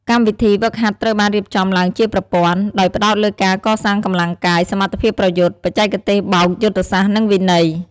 កម្មវិធីហ្វឹកហាត់ត្រូវបានរៀបចំឡើងជាប្រព័ន្ធ ដោយផ្ដោតលើការកសាងកម្លាំងកាយ សមត្ថភាពប្រយុទ្ធ បច្ចេកទេសបោក យុទ្ធសាស្ត្រ និងវិន័យ។